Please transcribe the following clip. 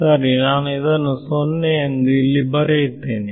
ಸರಿ ನಾನು ಇದನ್ನು ಸೊನ್ನೆ ಎಂದು ಇಲ್ಲಿ ಬರೆಯುತ್ತೇನೆ